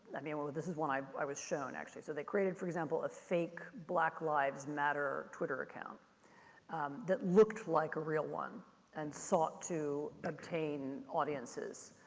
i mean but this was one i i was shown actually. so they created, for example, a fake black lives matter twitter account that looked like a real one and sought to obtain audiences.